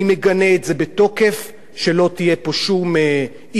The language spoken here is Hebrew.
אני מגנה את זה בתוקף, שלא תהיה פה שום אי-בהירות,